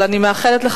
אבל אני מאחלת לך,